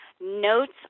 Notes